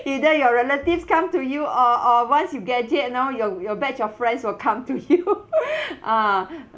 either your relatives come to you or or once you graduate you know your your batch of friends will come to you ah